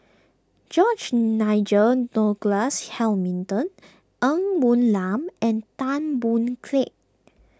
George Nigel Douglas Hamilton Ng Woon Lam and Tan Boon Teik